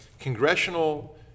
Congressional